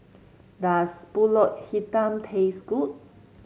does pulut Hitam taste good